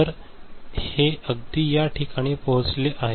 तर हे अगदी या ठिकाणी पोहोचले आहे